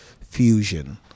fusion